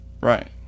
Right